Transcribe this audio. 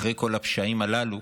אחרי כל הפשעים הללו,